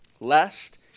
lest